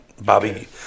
Bobby